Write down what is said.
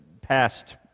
past